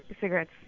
cigarettes